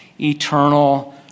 eternal